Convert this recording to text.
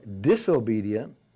disobedient